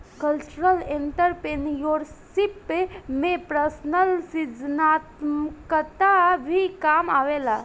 cultural entrepreneurship में personal सृजनात्मकता भी काम आवेला